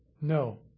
No